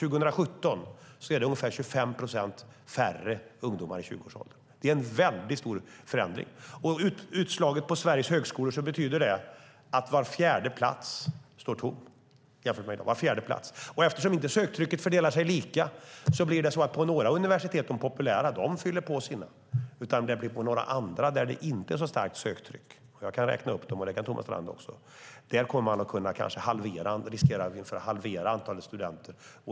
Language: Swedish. År 2017 är det ungefär 25 procent färre ungdomar i 20-årsåldern. Det är en stor förändring. Och utslaget på Sveriges högskolor betyder det att var fjärde plats står tom jämfört med i dag. Eftersom söktrycket inte fördelar sig lika blir det så att några universitet, de populära, fyller sina platser. Det blir några andra där det inte är ett starkt söktryck. Jag kan räkna upp dem. Det kan Thomas Strand också. Där kommer man kanske att halvera antalet studenter.